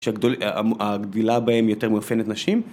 שהגדילה בהם יותר מאפיינת נשים